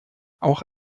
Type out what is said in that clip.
auch